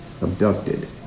abducted